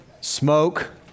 Smoke